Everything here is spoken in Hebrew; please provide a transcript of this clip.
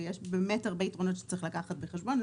ויש הרבה יתרונות שצריך לקחת בחשבון.